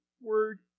word